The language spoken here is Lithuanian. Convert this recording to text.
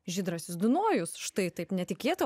žydrasis dunojus štai taip netikėta